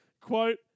quote